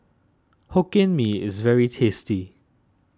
Hokkien Mee is very tasty